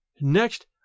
Next